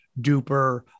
duper